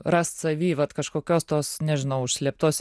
rast savy vat kažkokios tos nežinau užslėptos